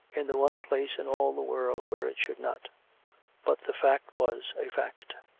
in the one place in all the world where it should not but the fact was a fact.